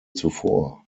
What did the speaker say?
zuvor